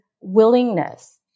willingness